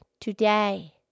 today